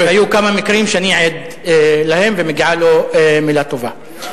היו כמה מקרים שאני עד להם, ומגיעה לו מלה טובה.